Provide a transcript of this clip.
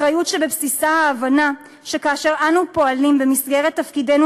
אחריות שבבסיסה ההבנה שכאשר אנו פועלים במסגרת תפקידינו